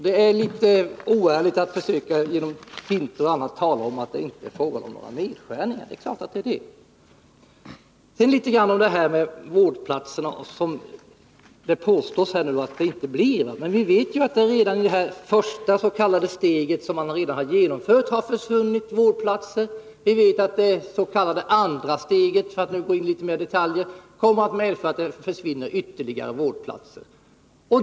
Det ärlitet oärligt att genom finter och annat försöka påstå att det inte är fråga om några nedskärningar. Det är klart att det är det. Sedan några ord om vårdplatserna. Vi vet att det redan i det s.k. första steget, som man har genomfört, har försvunnit vårdplatser. Vi vet också att genomförandet av andra steget, för att nu gå in litet mer på detaljer, kommer att medföra att ytterligare vårdplatser försvinner.